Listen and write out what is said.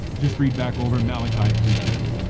just read back over malachi three ten.